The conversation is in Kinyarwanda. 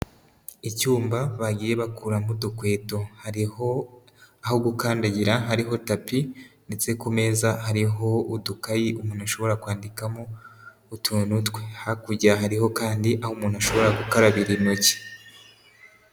Icyumba bagiye bakuramo udukweto, hariho aho gukandagira hariho tapi ndetse ku meza hariho udukayi umuntu ashobora kwandikamo utuntu twe, hakurya hariho kandi aho umuntu ashobora gukarabira intoki.